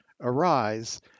arise